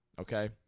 Okay